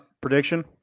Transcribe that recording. prediction